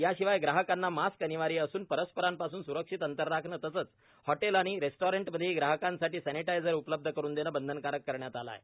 याशिवाय ग्राहकांना मास्क अनिवार्य असून परस्परांपासून स्रक्षित अंतर राखणं तसंच हॉटेल आणि रेस्टॉरंटमधे ग्राहकांसाठी सॅनीटायझर उपलब्ध करून देणं बंधनकारक करण्यात आलं आहे